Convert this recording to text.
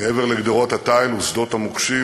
מעבר לגדרות התיל ושדות המוקשים,